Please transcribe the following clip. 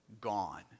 gone